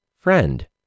Friend